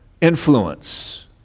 influence